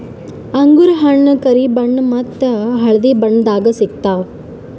ಅಂಗೂರ್ ಹಣ್ಣ್ ಕರಿ ಬಣ್ಣ ಮತ್ತ್ ಹಳ್ದಿ ಬಣ್ಣದಾಗ್ ಸಿಗ್ತವ್